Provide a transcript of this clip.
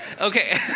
Okay